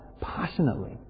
passionately